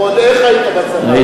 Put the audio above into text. ועוד איך היית בצבא.